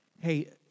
hey